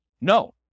No